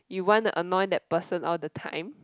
you wanna annoy that person all the time